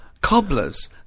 cobblers